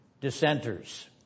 dissenters